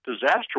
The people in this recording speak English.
disaster